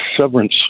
severance